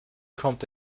kommt